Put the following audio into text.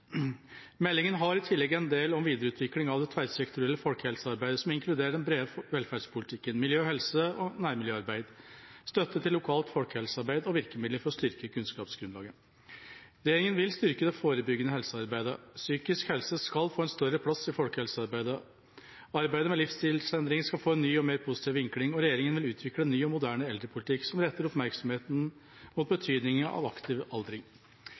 Meldingen har i tillegg en del om videreutvikling av det tverrsektorielle folkehelsearbeidet som inkluderer den brede velferdspolitikken, miljø, helse og nærmiljøarbeid, støtte til lokalt folkehelsearbeid og virkemidler for å styrke kunnskapsgrunnlaget. Regjeringa vil styrke det forebyggende helsearbeidet. Psykisk helse skal få en større plass i folkehelsearbeidet, og arbeidet med livsstilsendringer skal få en ny og mer positiv vinkling. Regjeringa vil utvikle en ny og moderne eldrepolitikk som retter oppmerksomheten mot betydningen av aktiv aldring.